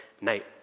night